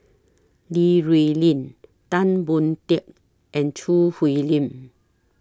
Li Rulin Tan Boon Teik and Choo Hwee Lim